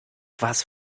was